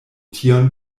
tion